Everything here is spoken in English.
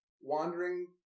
wandering